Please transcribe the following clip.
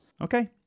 Okay